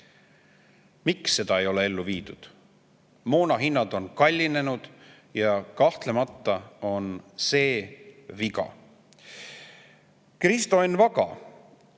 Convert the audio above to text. seda ei ole ellu viidud? Moona hinnad on kallinenud, kahtlemata on see viga. Kristo Enn Vaga,